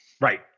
Right